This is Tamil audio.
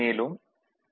மேலும் டி